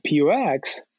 POX